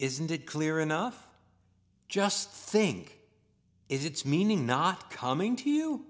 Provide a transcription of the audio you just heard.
isn't it clear enough just think is its meaning not coming to you